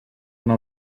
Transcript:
una